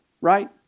right